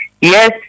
yes